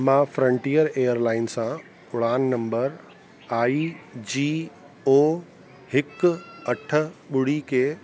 मां Frontier Airlines सा उड़ान नंबर आई जी ओ हिकु अठ ॿुड़ी खे